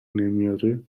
نمیاره